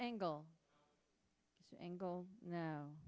angle angle no